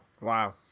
Wow